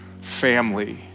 family